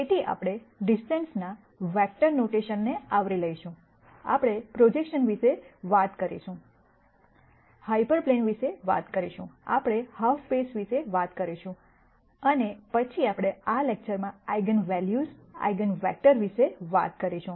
તેથી આપણે ડિસ્ટન્સના વેક્ટર નોટેશન ને આવરી લઈશુંઆપણે પ્રોજેકશન્સ વિશે વાત કરીશું હાયપર પ્લેન વિશે વાત કરીશું આપણે હાલ્ફ સ્પેસ વિશે વાત કરીશું અને પછી આપણે આ લેક્ચરમાં આઇગન વૅલ્યુઝ આઇગન વેક્ટર વિશે વાત કરીશું